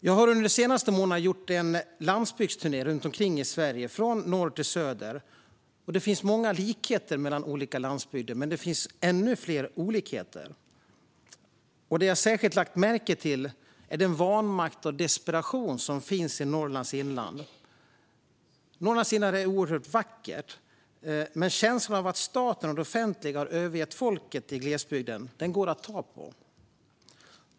Jag har under de senaste månaderna gjort en landsbygdsturné runt omkring i Sverige, från norr till söder. Det finns många likheter mellan olika landsbygder, men det finns ännu fler olikheter. Det jag särskilt lagt märke till är den vanmakt och desperation som finns i Norrlands inland. Norrlands inland är oerhört vackert, men känslan av att staten och det offentliga har övergett folket i glesbygden går att ta på.